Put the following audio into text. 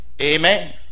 amen